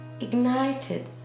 ignited